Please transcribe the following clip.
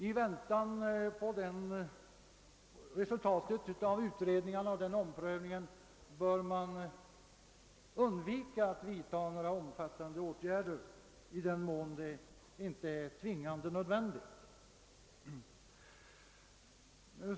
I avvaktan på utredningsresultaten bör man undvika att vidtaga några omfattande åtgärder i den mån det inte är tvingande nödvändigt.